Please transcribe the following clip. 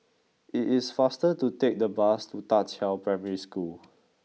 it is faster to take the bus to Da Qiao Primary School